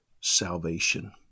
salvation